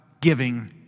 giving